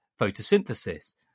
photosynthesis